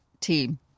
team